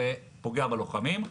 ופוגע בלוחמים,